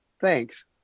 Thanks